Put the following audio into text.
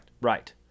Right